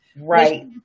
right